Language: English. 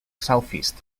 southeast